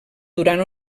durant